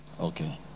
Okay